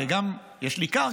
הרי גם אם יש לי קרקע,